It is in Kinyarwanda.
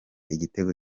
igitego